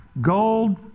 gold